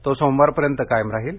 तो सोमवारपर्यंत कायम राहील